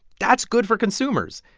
that's good for consumers,